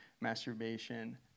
masturbation